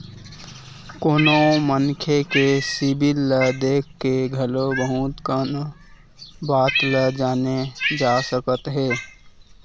कोनो मनखे के सिबिल ल देख के घलो बहुत कन बात ल जाने जा सकत हे